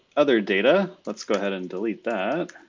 other data. let's go ahead and delete that.